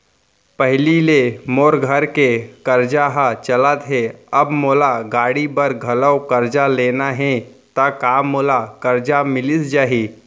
पहिली ले मोर घर के करजा ह चलत हे, अब मोला गाड़ी बर घलव करजा लेना हे ता का मोला करजा मिलिस जाही?